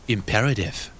Imperative